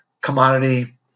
commodity